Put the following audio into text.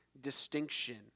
distinction